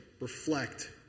reflect